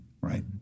right